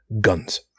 guns